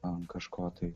ant kažko tai